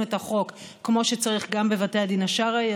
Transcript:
את החוק כמו שצריך גם בבתי הדין השרעיים.